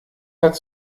hat